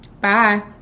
bye